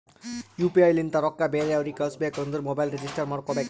you P I ಲಿಂತ ರೊಕ್ಕಾ ಬೇರೆ ಅವ್ರಿಗ ಕಳುಸ್ಬೇಕ್ ಅಂದುರ್ ಮೊಬೈಲ್ ರಿಜಿಸ್ಟರ್ ಮಾಡ್ಕೋಬೇಕ್